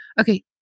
okay